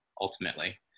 ultimately